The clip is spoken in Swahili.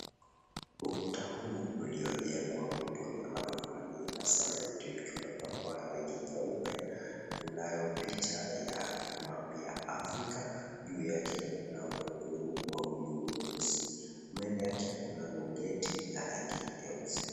Ukuta huu uliojengwa kutumia matofali na cement umepakwa rangi nyeupe, kunayo picha ya map ya Africa juu yake kunao kunguru weusi, mbele yake kunalo geti la rangi nyeusi.